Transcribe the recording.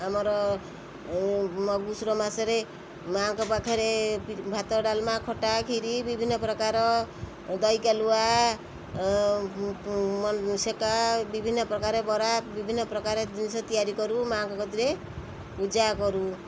ଆମର ମଗୁଶୁର ମାସରେ ମାଁଙ୍କ ପାଖରେ ପି ଭାତ ଡାଲମା ଖଟା କ୍ଷୀରି ବିଭିନ୍ନ ପ୍ରକାର ଦହିକାଲୁଆ ସେକା ବିଭିନ୍ନ ପ୍ରକାର ବରା ବିଭିନ୍ନ ପ୍ରକାର ଜିନିଷ ତିଆରି କରୁ ମାଁଙ୍କ କତିରେ ପୂଜା କରୁ